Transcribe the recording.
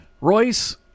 Royce